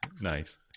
Nice